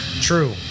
True